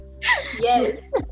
Yes